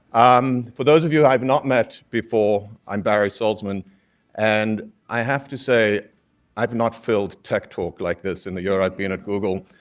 um for those of you i've not met before, i'm barry salzman and i have to say i've not filled techtalk like this in the year i've been at google.